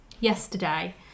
yesterday